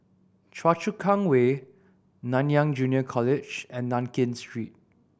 Choa Chu Kang Way Nanyang Junior College and Nankin Street